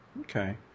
Okay